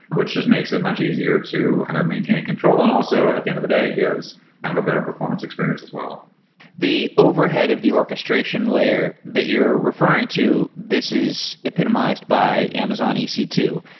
which just makes it much easier to kind of maintain and control and also at the end of the day gives kind of a better performance experience as well the overhead of the orchestration layer that you're referring to, this is epitomized by amazon e c two.